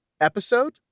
Episode